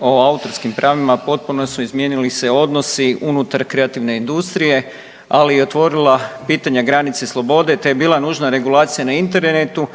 o autorskim pravima potpuno su izmijenili se odnosi unutar kreativne industrije, ali i otvorila pitanja granice slobode te je bila nužna regulacija na Internetu